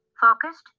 focused